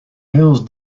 hills